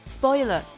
Spoiler